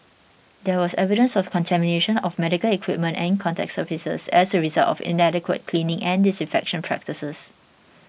there was evidence of contamination of medical equipment and contact surfaces as a result of inadequate cleaning and disinfection practices